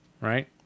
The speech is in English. right